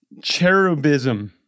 cherubism